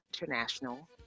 international